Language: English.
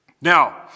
Now